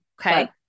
okay